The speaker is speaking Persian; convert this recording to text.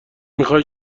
میخای